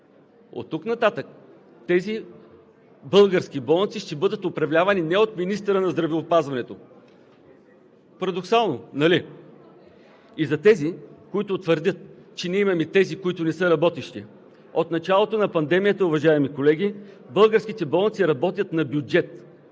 Оттук нататък тези български болници ще бъдат управлявани не от министъра на здравеопазването. Парадоксално, нали?! И за тези, които твърдят, че ние имаме тези, които не са работещи. От началото на пандемията, уважаеми колеги, българските болници работят на бюджет.